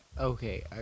Okay